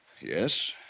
Yes